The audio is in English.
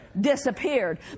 disappeared